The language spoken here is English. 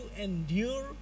endure